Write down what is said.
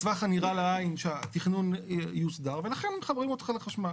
בטווח הנראה לעין שהתכנון יוסדר ולכן מחברים אותך לחשמל.